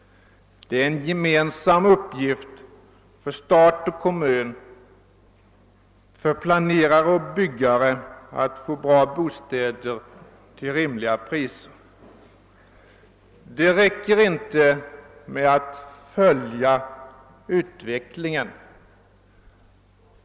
Det är en gemensam uppgift för stat och kommun, för planerare och byggherrar att få fram bra bostäder till rimliga priser. Det räcker inte med att följa utvecklingen.